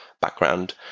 background